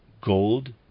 Gold